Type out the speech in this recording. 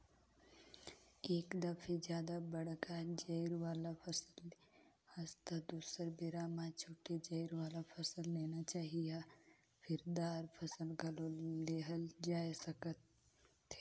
एक दफे जादा बड़का जरई वाला फसल ले हस त दुसर बेरा म छोटे जरई वाला फसल लेना चाही या फर, दार फसल घलो लेहल जाए सकथे